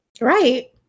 Right